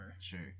Sure